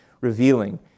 revealing